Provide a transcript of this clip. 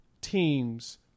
teams